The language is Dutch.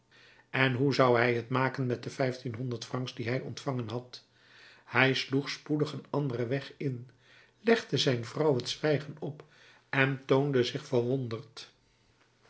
en hoe zou hij t maken met de vijftienhonderd francs die hij ontvangen had hij sloeg spoedig een anderen weg in legde zijn vrouw het zwijgen op en toonde zich verwonderd